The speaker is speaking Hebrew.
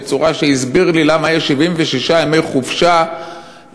בצורה שהסביר לי למה יש 76 ימי חופשה לחיילים.